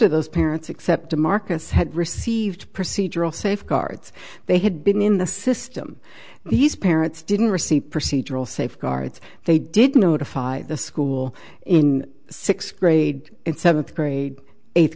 of those parents except to marcus had received procedural safeguards they had been in the system these parents didn't receive procedural safeguards they didn't notify the school in sixth grade and seventh grade eighth